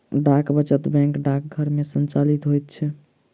डाक वचत बैंक डाकघर मे संचालित होइत छै